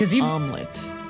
omelet